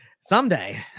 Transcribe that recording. someday